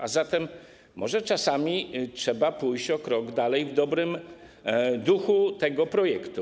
A zatem może czasami trzeba pójść o krok dalej w dobrym duchu tego projektu?